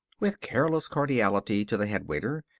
with careless cordiality to the headwaiter,